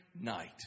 night